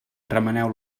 remeneu